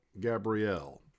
Gabrielle